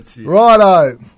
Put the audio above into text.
Righto